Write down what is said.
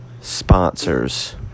sponsors